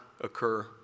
occur